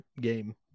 game